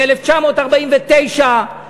מ-1949,